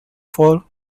for